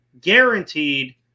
guaranteed